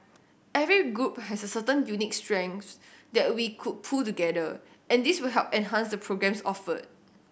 every group has certain unique strengths that we could pool together and this will help enhance the programmes offered